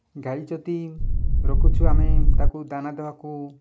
ଗାଈ ଯଦି ରଖୁଛୁ ଆମେ ତାକୁ ଦାନା ଦେବାକୁ